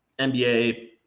NBA